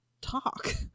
talk